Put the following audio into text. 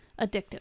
addictive